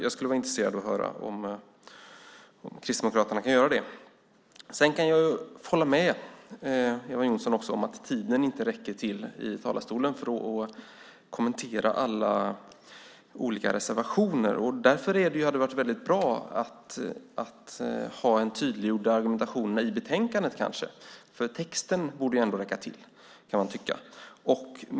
Jag är intresserad av att höra om Kristdemokraterna kan göra det. Jag kan också hålla med Eva Johnsson om att tiden inte räcker till i talarstolen för att kommentera alla olika reservationer. Därför hade det varit väldigt bra att ha en tydliggjord argumentation i betänkandet. För texten borde ändå räcka till, kan man tycka.